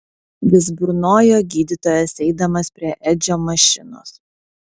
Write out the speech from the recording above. vis burnojo gydytojas eidamas prie edžio mašinos